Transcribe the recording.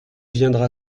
viendra